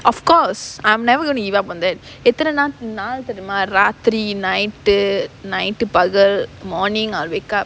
of course I'm never going to give up on that எத்தன நாட்~ நாள் தெரியுமா ராத்திரி:ethana nat~ naal theriyumaa raathiri night to night to பகல்:tu pagal morning I'll wake up